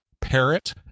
parrot